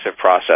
process